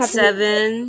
seven